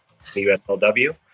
USLW